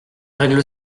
règle